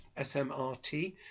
smrt